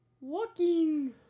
Walking